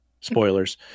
spoilers